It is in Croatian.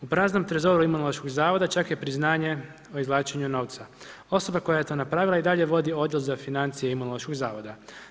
U praznom trezoru Imunološkog zavoda čak je priznanje o izvlačenju novca, osoba koja je to napravila i dalje vodi odjel za financije Imunološkog zavoda.